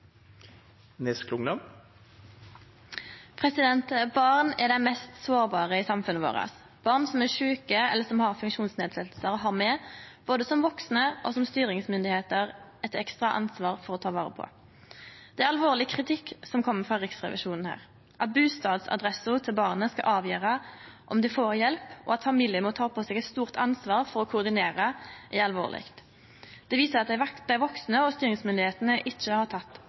sjuke eller har funksjonsnedsetjingar, har me både som vaksne og som styringsmyndigheiter eit ekstra ansvar for å ta vare på. Det er alvorleg kritikk som her kjem frå Riksrevisjonen. At bustadsadressa til barnet skal avgjere om dei få hjelp, og at familiar må ta på seg eit stort ansvar for å koordinere, er alvorleg. Det viser at dei vaksne og styringsmyndigheitene ikkje har